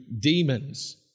demons